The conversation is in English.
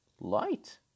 light